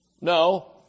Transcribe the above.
No